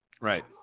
Right